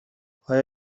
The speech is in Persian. آیا